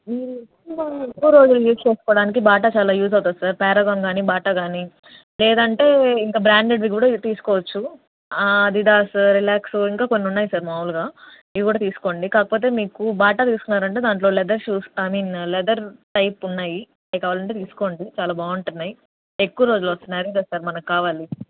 మీరు ఎక్కువ ఎక్కువ రోజులు యూజ్ చేసుకోడానికి బాటా చాలా యూజ్ అవుతుంది సార్ పారగాన్ కానీ బాటా కానీ లేదంటే ఇంకా బ్రాండెడ్వి కూడా తీసుకోవచ్చు అదిదాస్ రిలాక్సో ఇంకా కొన్నున్నాయి సార్ మాములుగా ఇవి కూడా తీసుకోండి కాకపోతే మీకు బాటా తీసుకున్నారంటే దాంట్లో leather shoes I mean leather type ఉన్నాయి అవి కావాలంటే తీసుకోండి చాలా బాగుంటున్నాయి ఎక్కువ రోజులు వస్తున్నాయి అదే కదా సార్ మనకి కావాలి